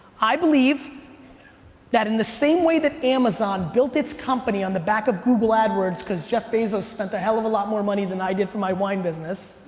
i believe that in the same way that amazon built its company on the back of google adwords cause jeff bezos spent a hell of lot more money than i did for my wine business,